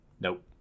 Nope